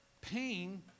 pain